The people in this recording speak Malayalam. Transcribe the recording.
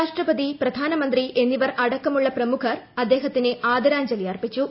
രാഷ്ട്രപതി പ്രധാനമന്ത്രി എന്നിവർ അടക്കമുള്ള പ്രമുഖർ അദ്ദേഹത്തിന് ആദരാഞ്ജലി അർപ്പിച്ചു